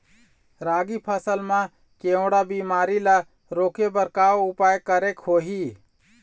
रागी फसल मा केवड़ा बीमारी ला रोके बर का उपाय करेक होही?